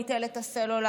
ביטל את הסלולר,